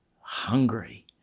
hungry